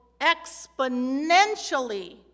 exponentially